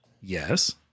Yes